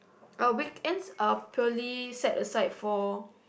uh weekends are purely set aside for